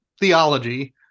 Theology